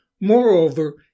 Moreover